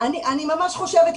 אני ממש חושבת,